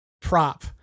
prop